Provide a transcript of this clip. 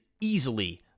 easily